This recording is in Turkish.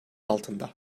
altında